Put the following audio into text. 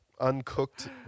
Uncooked